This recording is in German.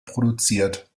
produziert